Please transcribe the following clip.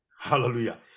Hallelujah